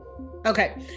Okay